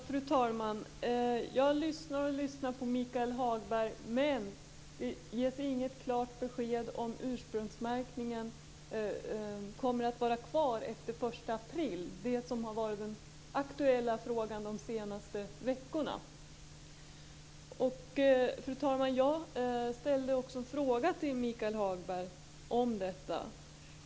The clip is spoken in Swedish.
Fru talman! Jag lyssnar och lyssnar på Michael Hagberg, men det ges inget klart besked om ifall ursprungsmärkningen kommer att vara kvar efter den 1 april. Detta har varit den aktuella frågan under de senaste veckorna. Fru talman! Jag ställde också en fråga till Michael Hagberg om detta.